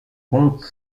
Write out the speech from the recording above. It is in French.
compte